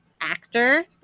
actor